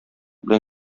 белән